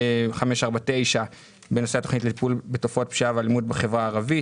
549 בנושא התוכנית לטיפול בתופעות פשיעה ואלימות בחברה הערבית.